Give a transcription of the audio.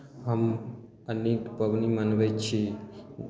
हम अनेक पाबनि मनबै छी